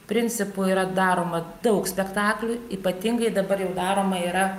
principu yra daroma daug spektaklių ypatingai dabar jaudaroma yra